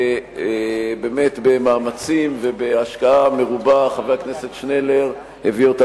ובאמת במאמצים ובהשקעה מרובה חבר הכנסת שנלר הביא אותה